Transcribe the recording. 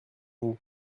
vous